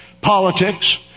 politics